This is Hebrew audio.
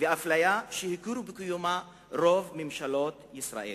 ומאפליה שהכירו בקיומה רוב ממשלות ישראל.